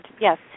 Yes